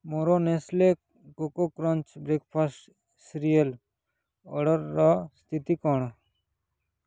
ମୋର Nestle coco crunch breakfast cereal ଅର୍ଡ଼ର୍ର ସ୍ଥିତି କ'ଣ